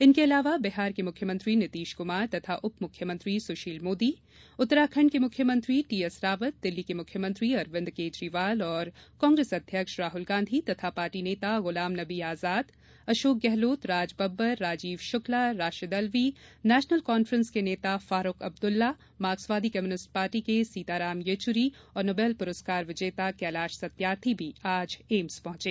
इनके अलावा बिहार के मुख्यमंत्री नीतीश कुमार तथा उप मुख्यमंत्री सुशील मोदी उत्तराखंड के मुख्यमंत्री टी एस रावत दिल्ली के मुख्यमंत्री अरविंद केजरीवाल और कांग्रेस अध्यक्ष राहुल गांधी तथा पार्टी नेता गुलाम नबी आजाद अशोक गहलोत राज बब्बर राजीव शुक्ला राशिद अल्वी नेशनल कांफ्रेंस के नेता फारूख अब्दुल्ला मार्क्सवादी कम्युनिस्ट पार्टी के सीताराम येचुरी और नोबल पुरस्कार विजेता कैलाश सत्यार्थी भी आज एम्स पहुंचे